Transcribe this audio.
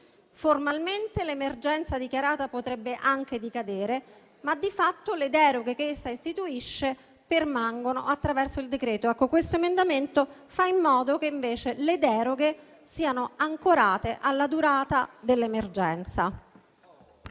Formalmente l'emergenza dichiarata potrebbe anche decadere, ma di fatto le deroghe che essa istituisce permangono attraverso il decreto-legge. Il nostro emendamento fa in modo che invece le deroghe siano ancorate alla durata dell'emergenza.